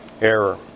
error